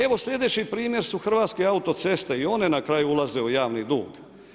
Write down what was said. Evo sljedeći primjer su Hrvatske autoceste i one na kraju ulaze u javni dug.